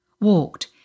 Walked